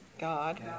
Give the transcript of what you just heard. God